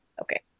Okay